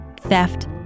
theft